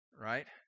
Right